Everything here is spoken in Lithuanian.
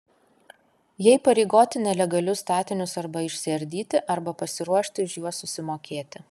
jie įpareigoti nelegalius statinius arba išsiardyti arba pasiruošti už juos susimokėti